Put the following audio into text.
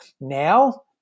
now